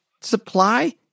supply